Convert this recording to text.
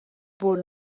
bod